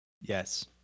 yes